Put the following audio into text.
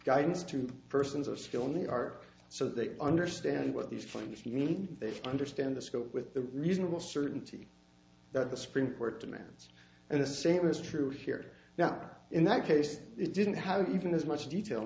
guidance to persons of skill only are so they understand what the front teeth they understand the scope with the reasonable certainty that the supreme court demands and the same is true here now in that case it didn't have even as much detail